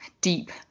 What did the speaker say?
deep